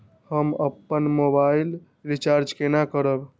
हम अपन mobile recharge केना करब?